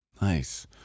Nice